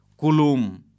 Kulum